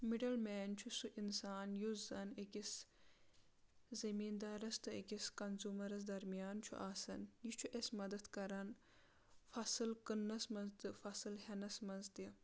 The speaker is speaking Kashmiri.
مڈل مین چھ سُہ انسان یس زن أکس زمیِندارس تہٕ أکس کنزیومرس درمیان چھ آسن یہِ چھ اسہِ مدد کران فصل کننس منٛز تہِ فصل ہؠنس منٛز تہِ